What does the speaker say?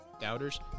doubters